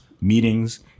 meetings